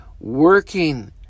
working